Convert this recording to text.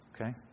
Okay